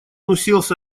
уселся